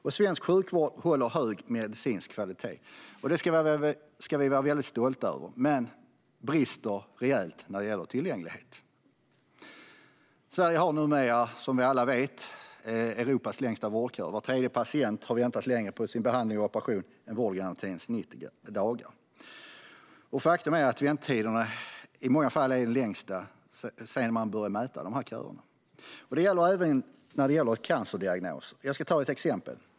Och svensk sjukvård håller hög medicinsk kvalitet - det ska vi vara mycket stolta över - men brister rejält när det gäller tillgänglighet. Sverige har numera, som vi alla vet, Europas längsta vårdköer. Var tredje patient har väntat längre på sin behandling eller operation än vårdgarantins 90 dagar. Faktum är att väntetiderna i många fall är de längsta sedan man börja mäta dessa vårdköer. Detta gäller även cancerdiagnoser, och jag ska ta ett exempel.